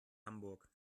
hamburg